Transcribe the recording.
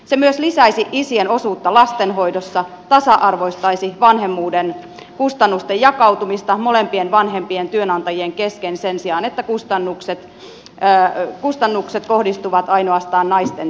se myös lisäisi isien osuutta lastenhoidossa tasa arvoistaisi vanhemmuuden kustannusten jakautumista molempien vanhempien työnantatajien kesken sen sijaan että kustannukset kohdistuvat ainoastaan naisten työnantajille